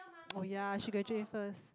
oh ya she graduate first